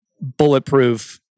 bulletproof